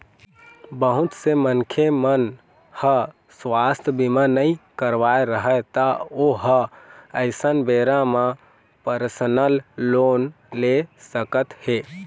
बहुत से मनखे मन ह सुवास्थ बीमा नइ करवाए रहय त ओ ह अइसन बेरा म परसनल लोन ले सकत हे